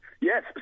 Yes